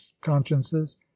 consciences